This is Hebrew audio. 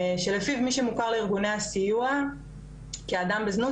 שלפיו מי שמוכר לארגוני הסיוע כאדם בזנות,